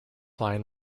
line